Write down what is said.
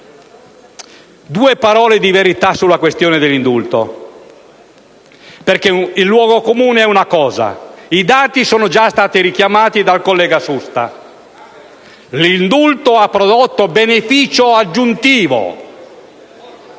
Due parole di verità sulla questione dell'indulto, perché il luogo comune è una cosa, mentre i dati sono già stati richiamati dal collega Susta. L'indulto ha prodotto beneficio aggiuntivo;